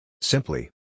Simply